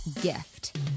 gift